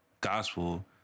gospel